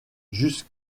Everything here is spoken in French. jusque